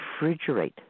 refrigerate